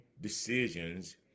decisions